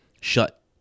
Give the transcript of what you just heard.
shut